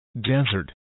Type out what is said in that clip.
desert